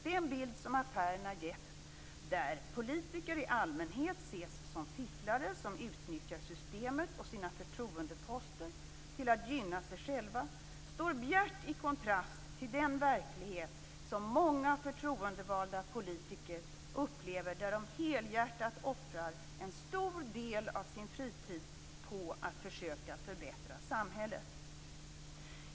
Den bild som affärerna har gett, där politiker i allmänhet ses som fifflare som utnyttjar systemet och sina förtroendeposter till att gynna sig själva, står i bjärt kontrast till den verklighet som många förtroendevalda politiker upplever, där de helhjärtat offrar en stor del av sin fritid på att försöka förbättra samhället.